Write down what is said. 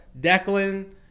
Declan